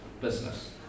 business